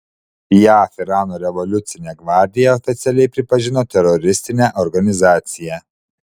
jav irano revoliucinę gvardiją oficialiai pripažino teroristine organizacija